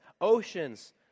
oceans